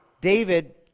David